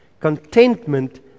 Contentment